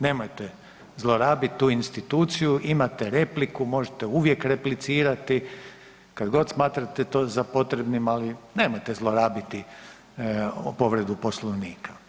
Nemojte zlorabiti tu instituciju, imate repliku, možete uvijek replicirati, kad god smatrate to za potrebnim, ali nemojte zlorabiti povredu Poslovnika.